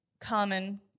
common